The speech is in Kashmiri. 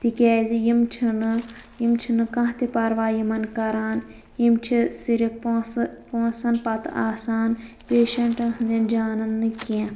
تِکیٛازِ یِم چھِ نہٕ یِم چھِ نہٕ کانٛہہ تہِ پَرواے یِمَن کَران یِم چھِ صِرِف پۅنٛسہٕ پۅنٛسَن پَتہٕ آسان پیشنٛٹَن ہٕنٛدٮ۪ن جانَن نہٕ کیٚنٛہہ